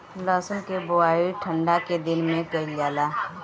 लहसुन के बोआई ठंढा के दिन में कइल जाला